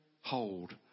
hold